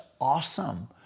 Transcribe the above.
awesome